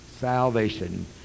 salvation